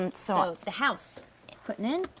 and so, the house is puttin' in,